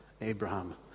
Abraham